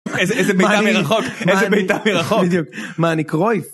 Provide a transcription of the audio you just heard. איזה, איזה בעיטה מרחוק, איזה בעיטה מרחוק. בדיוק, מה אני קרוייץ?